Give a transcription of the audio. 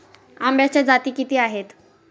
आंब्याच्या जाती किती आहेत?